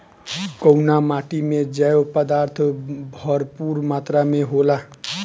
कउना माटी मे जैव पदार्थ भरपूर मात्रा में होला?